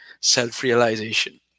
Self-realization